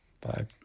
Bye